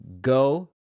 Go